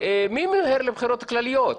מי ממהר לבחירות כלליות?